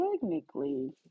technically